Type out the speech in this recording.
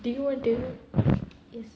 do you want to yes